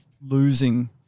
losing